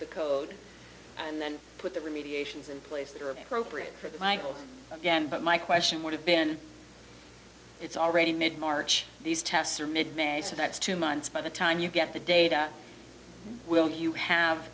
the code and then put the remediation is in place that are appropriate for the michael again but my question would have been it's already mid march these tests are made mess of next two months by the time you get the data will you have